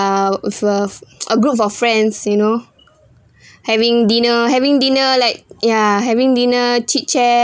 uh with a group of friends you know having dinner having dinner like ya having dinner chit chat